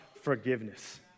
forgiveness